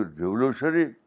revolutionary